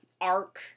arc